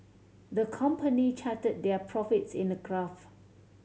the company charted their profits in a graph